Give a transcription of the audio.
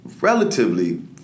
Relatively